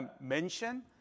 mention